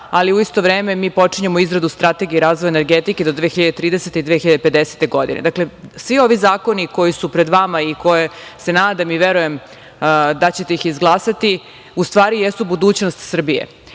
ali u isto vreme mi počinjemo izradu strategije razvoja energetike do 2030. godine i 2050. godine. Dakle, svi ovi zakoni koji se pred vama, koje se nadam i verujem da ćete izglasati, u stvari jesu budućnost Srbije